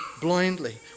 blindly